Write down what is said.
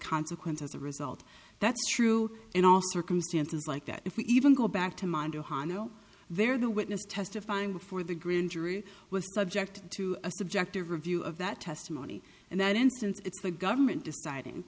consequences a result that's true in all circumstances like that if we even go back to mondo hano there the witness testifying before the grand jury was subject to a subjective review of that testimony in that instance it's the government deciding